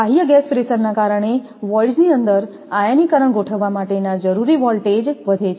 બાહ્ય ગેસ પ્રેશરના ના કારણે વોઈડ્સની અંદર આયનીકરણ ગોઠવવા માટેના જરૂરી વોલ્ટેજ વધે છે